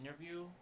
interview